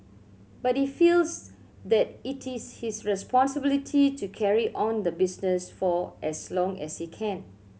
but he feels that it is his responsibility to carry on the business for as long as he can